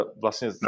vlastně